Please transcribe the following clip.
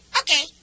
okay